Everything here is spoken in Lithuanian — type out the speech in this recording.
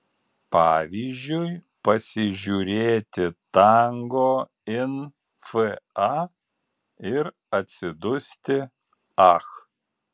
pavyzdžiui pasižiūrėti tango in fa ir atsidusti ach